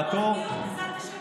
לעתור, אתה משקר.